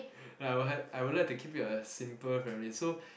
like I will h~ I will like to keep it a simple family so